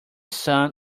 son